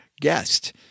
guest